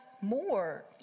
more